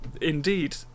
Indeed